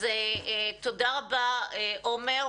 אז תודה רבה, עומר.